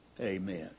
Amen